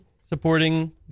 Supporting